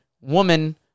Woman